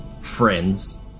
friends